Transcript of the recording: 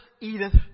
Edith